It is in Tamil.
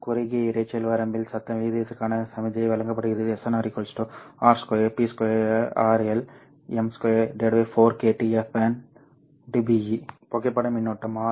குறுகிய இரைச்சல் வரம்பில் சத்தம் விகிதத்திற்கான சமிக்ஞை வழங்கப்படுகிறது புகைப்பட மின்னோட்டம் R